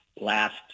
last